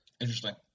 Interesting